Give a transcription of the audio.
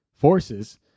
forces